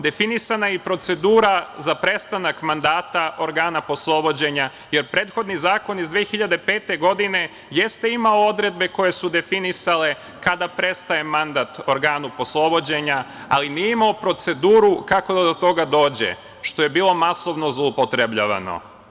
Definisana je i procedura za prestanak mandata organa poslovođenja, jer prethodni zakon iz 2005. godine jeste imao odredbe koje su definisale kada prestaje mandat organu poslovođenja, ali nije imao proceduru kako da do toga dođe, što je bilo masovno zloupotrebljavano.